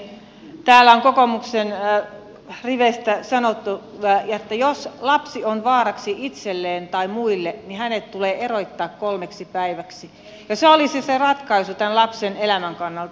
täällä on kokoomuksen riveistä sanottu että jos lapsi on vaaraksi itselleen tai muille niin hänet tulee erottaa kolmeksi päiväksi ja se olisi se ratkaisu tämän lapsen elämän kannalta